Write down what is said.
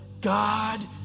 God